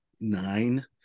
nine